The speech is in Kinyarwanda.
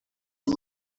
ati